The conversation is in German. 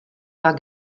war